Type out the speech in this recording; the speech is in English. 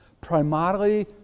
primarily